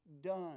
done